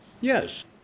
Yes